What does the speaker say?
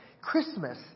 Christmas